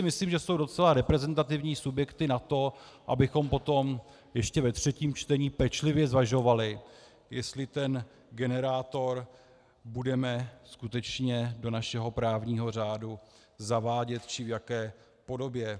Myslím, že to jsou docela reprezentativní subjekty na to, abychom potom ještě ve třetím čtení pečlivě zvažovali, jestli ten generátor budeme skutečně do našeho právního řádu zavádět, či v jaké podobě.